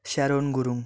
Sharon Gurung